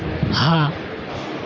હા